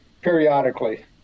periodically